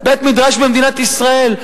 בית-מדרש במדינת ישראל?